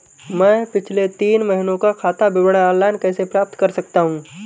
मैं पिछले तीन महीनों का खाता विवरण ऑनलाइन कैसे प्राप्त कर सकता हूं?